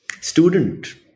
Student